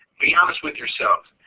be honest with yourself.